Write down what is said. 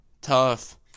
tough